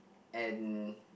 and